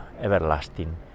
everlasting